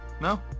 No